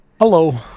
Hello